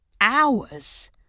Hours